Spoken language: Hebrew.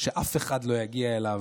שאף אחד לא יגיע אליו.